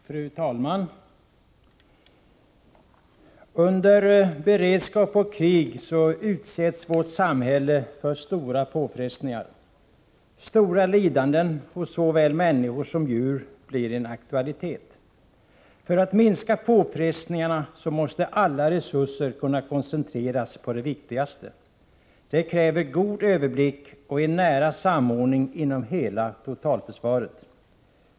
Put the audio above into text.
Fru talman! Under beredskap och krig utsätts vårt samhälle för stora Onsdagen den påfrestningar. Stora lidanden hos såväl människor som djur blir en aktuali 5 juni 1985 tet. För att minska påfrestningarna måste alla resurser kunna koncentreras på det viktigaste. Det kräver god överblick och en nära samordning inom Ledningen av total hela totalförsvaret.